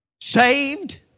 saved